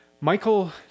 Michael